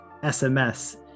SMS